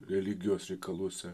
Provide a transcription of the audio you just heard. religijos reikaluose